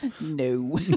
No